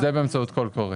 זה באמצעות קול קורא.